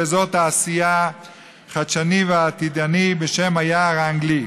אזור תעשייה חדשני ועתידני בשם "היער האנגלי".